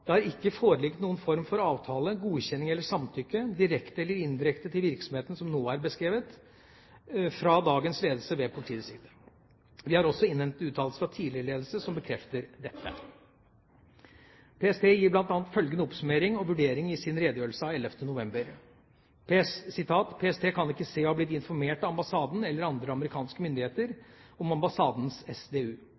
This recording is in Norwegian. har ikke foreligget noen form for avtale, godkjenning eller samtykke, direkte eller indirekte til virksomheten som nå er beskrevet fra dagens ledelse ved politidistriktet. Vi har også innhentet uttalelser fra tidligere ledelse, som bekrefter dette.» PST gir bl.a. følgende oppsummering og vurdering i sin redegjørelse av 11. november: «PST kan ikke se å ha blitt informert av ambassaden eller andre amerikanske myndigheter